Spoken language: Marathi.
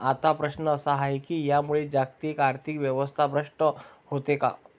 आता प्रश्न असा आहे की यामुळे जागतिक आर्थिक व्यवस्था भ्रष्ट होते का?